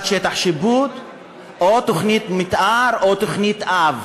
שטח שיפוט או תוכנית מתאר או תוכנית אב.